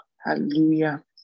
Hallelujah